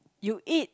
you eat